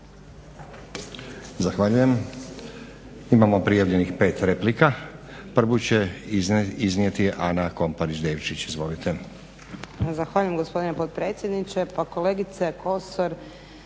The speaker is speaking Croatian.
Zahvaljujem. Imamo prijavljenih 5 replika. Prvu će iznijeti Ana Komparić Devčić. Izvolite.